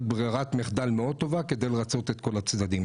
ברירת מחדל מאוד טובה כדי לרצות את כול הצדדים.